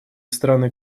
страны